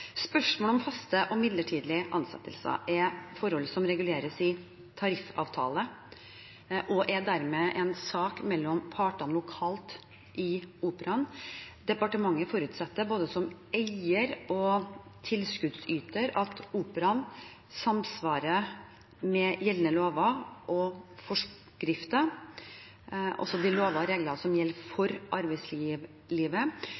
om faste og midlertidige ansettelser er forhold som reguleres i tariffavtale, og er dermed en sak mellom partene lokalt i Operaen. Departementet forutsetter, både som eier og tilskuddsyter, at Operaen opererer i samsvar med gjeldende lover og forskrifter, også de lover og regler som gjelder